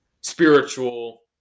spiritual